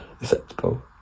Acceptable